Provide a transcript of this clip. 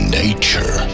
nature